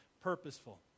purposeful